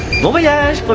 voyage. but